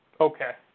Okay